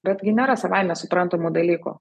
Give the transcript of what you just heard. betgi nėra savaime suprantamų dalykų